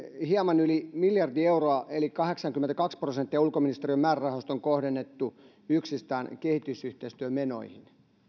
hieman yli miljardi euroa eli kahdeksankymmentäkaksi prosenttia ulkoministeriön määrärahoista on kohdennettu yksistään kehitysyhteistyömenoihin